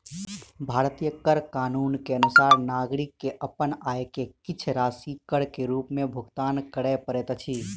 भारतीय कर कानून के अनुसार नागरिक के अपन आय के किछ राशि कर के रूप में भुगतान करअ पड़ैत अछि